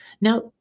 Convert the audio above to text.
Now